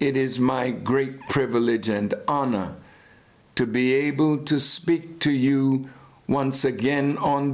it is my great privilege and honor to be able to speak to you once again on